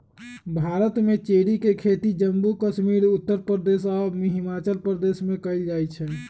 भारत में चेरी के खेती जम्मू कश्मीर उत्तर प्रदेश आ हिमाचल प्रदेश में कएल जाई छई